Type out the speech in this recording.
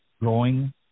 growing